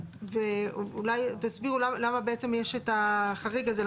אולי תסבירו למה יש את החריג הזה,